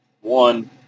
One